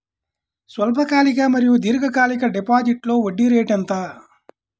స్వల్పకాలిక మరియు దీర్ఘకాలిక డిపోజిట్స్లో వడ్డీ రేటు ఎంత?